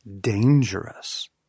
dangerous